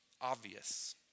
obvious